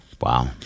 Wow